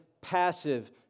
passive